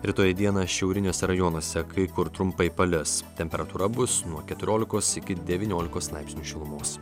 rytoj dieną šiauriniuose rajonuose kai kur trumpai palis temperatūra bus nuo keturiolikos iki devyniolikos laipsnių šilumos